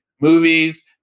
movies